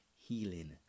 healing